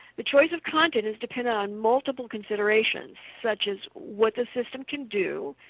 the choice of content is dependent on multiple considerations, such as, what the system can do,